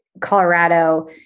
Colorado